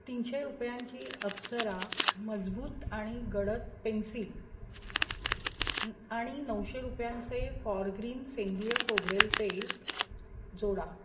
तीनशे रुपयांची अप्सरा मजबूत आणि गडद पेन्सिल आणि नऊशे रुपयांचे फॉरग्रीन सेंद्रिय खोबरेल तेल जोडा